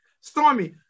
Stormy